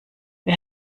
wer